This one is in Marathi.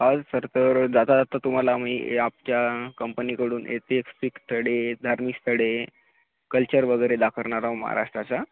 आल सर तर जाता जाता तुम्हाला मी आमच्या कंपनीकडून ऐतिहसिक स्थळे धार्मिक स्थळे कल्चर वगैरे दाखवणार आहो महाराष्ट्राचा